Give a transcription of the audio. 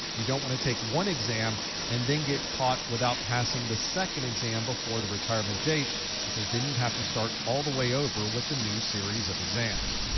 you don't want to take one exam and then get caught without passing the second exam before the retirement date because then you'd have to start all the way over with a new series of exams.